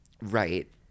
right